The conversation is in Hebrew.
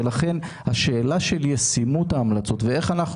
לכן השאלה של ישימות ההמלצות ואיך אנחנו